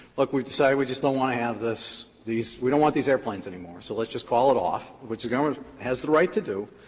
look, we've decided we just don't want to have this, we we don't want these airplanes any more, so let's just call it off, which the government has the right to do,